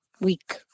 week